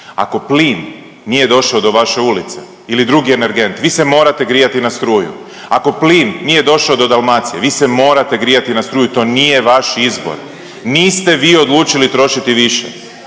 Ako plin nije došao do vaše ulice ili drugi energent vi se morate grijati na struju, ako plin nije došao do Dalmacije vi se morate grijati na struju i to nije vaš izbor, niste vi odlučili trošiti više,